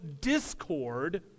discord